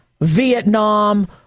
Vietnam